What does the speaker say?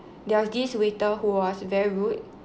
there was this waiter who was very rude